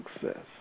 success